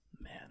Man